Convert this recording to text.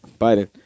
Biden